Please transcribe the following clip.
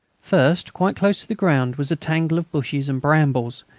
first, quite close to the ground, was a tangle of bushes and brambles,